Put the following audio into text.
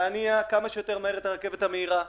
להניע כמה שיותר מהר את הרכבת המהירה,